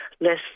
less